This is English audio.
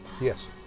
Yes